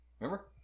Remember